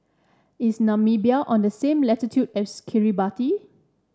is Namibia on the same latitude as Kiribati